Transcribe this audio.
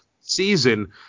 season